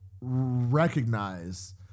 recognize